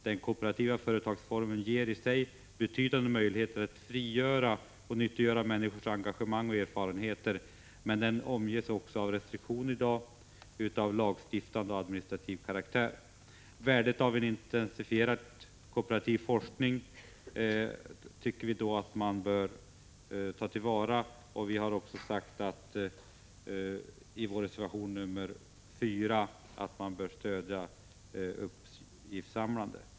Den kooperativa företagsformen ger i sig betydande möjligheter att frigöra och nyttiggöra människors engagemang och erfarenheter, men den omges också i dag av restriktioner i form av både lagstiftning och administrativa regler. Vi framhåller värdet av en intensifierad kooperativ forskning. Vi har också i vår reservation 4 betonat att uppgiftsinsamlandet bör stödjas.